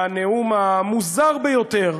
הנאום המוזר ביותר,